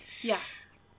Yes